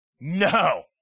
No